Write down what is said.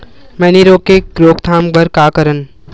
मैनी रोग के रोक थाम बर का करन?